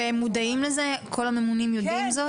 וכל הממונים יודעים זאת?